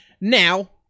now